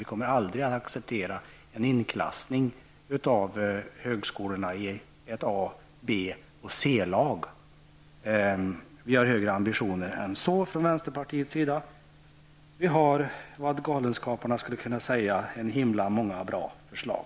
Vi kommer aldrig att acceptera en inklassning av högskolorna i ett A-, B och C-lag. Vi har i vänsterpartiet högre ambitioner än så. Vi har vad Galenskaparna skulle kalla en himla massa bra förslag.